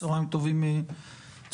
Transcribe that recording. צוהריים טובים לכולם.